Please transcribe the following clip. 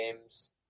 games